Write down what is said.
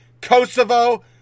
Kosovo